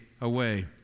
away